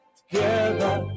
together